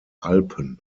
alpen